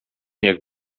niech